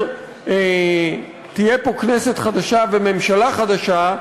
שכאשר תהיה פה כנסת חדשה וממשלה חדשה,